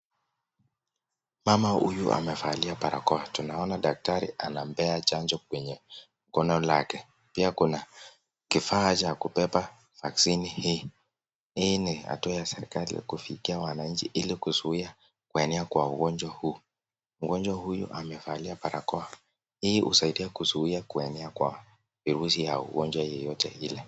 Mama huyu amevalia barakoa, tunaoana daktari anampea chanjo kwenye mkono lake. Pia kuna kifaa cha kubebea vaksini hii. Hii ni hatua ya serikali kufikia wananchi ili kuzuia kuenea kwa ugonjwa huu. Mgonjwa huyu amevalia barakoa ili kusaidia kuzuia kuenea kwa virusi ya ugonjwa yoyote ile.